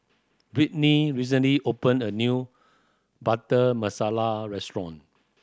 Brittni recently opened a new Butter Masala restaurant